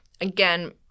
Again